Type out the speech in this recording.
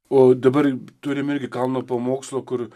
o dabar turim irgi kalną pamokslo kur